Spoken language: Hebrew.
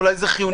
אולי זה חיוני